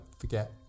forget